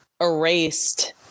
erased